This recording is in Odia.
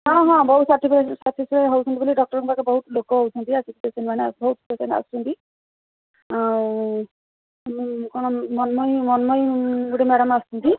ହଁ ହଁ ବହୁତ ସାଟିସ୍ଫାଏ ସାଟିସ୍ଫାଏ ହେଉଛନ୍ତି ବୋଲି ଡକ୍ଟର୍ଙ୍କ ପାଖେ ବହୁତ ଲୋକ ହେଉଛନ୍ତି ପେସେଣ୍ଟ୍ମାନେ ବହୁତ ପେସେଣ୍ଟ୍ ଆସୁଛନ୍ତି ଆଉ କ'ଣ ମନ୍ମୟୀ ଗୋଟିଏ ମ୍ୟାଡ଼ାମ୍ ଆସୁଛନ୍ତି